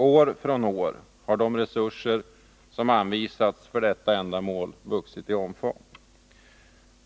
År från år har de resurser som anvisats för detta ändamål vuxit i omfång.